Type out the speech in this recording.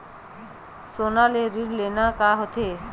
सोना ले ऋण लेना का होथे?